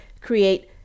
create